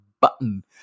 button